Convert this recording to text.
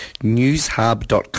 newshub.com